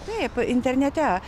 taip internete